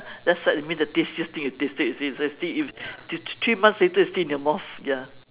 that's what you mean the tastiest thing you've tasted is it that's why still if three months later it's still in your mouth ya